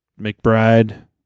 McBride